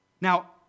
Now